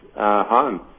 home